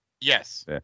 Yes